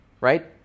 right